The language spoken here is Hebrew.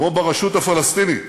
כמו ברשות הפלסטינית